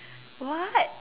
what